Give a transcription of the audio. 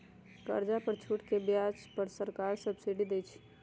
कर्जा पर छूट के ब्याज पर सरकार सब्सिडी देँइ छइ